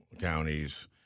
counties